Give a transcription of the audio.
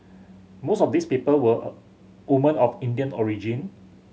most of these people were a women of Indian origin